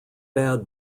bad